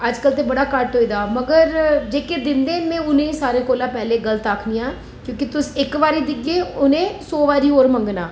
अजकल ते बड़ा घट्ट होए दा मगर जेह्के दिंदे न में उ'नें ई सारें कोला पैह्लें गल्त आखनी आं क्योंकि तुस इक बारी देगे उ'नें सौ बारी होर मंगना